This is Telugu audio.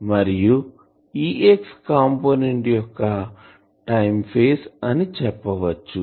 మరియుEx కంపోనెంట్ యొక్క టైం ఫేజ్ అని అనవచ్చు